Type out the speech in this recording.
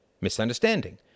misunderstanding